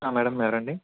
madam గారా అండి